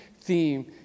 theme